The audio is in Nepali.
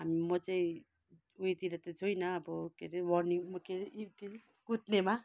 अनि म चाहिँ उयोतिर त छुइनँ अब के अरे रनिङ म के हरे यी के हरे कुद्नेमा